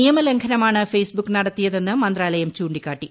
നിയമലംഘനമാണ് Facebook നടത്തിയതെന്ന് മന്ത്രാലയം ചൂ ിക്കാട്ടി